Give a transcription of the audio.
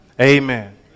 Amen